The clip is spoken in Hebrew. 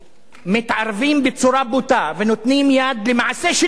מתערבים בצורה בוטה ונותנים יד למעשה שלא ייעשה,